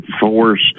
force